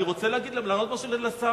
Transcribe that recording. אני רוצה לענות לשר.